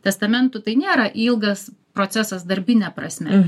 testamentų tai nėra ilgas procesas darbine prasme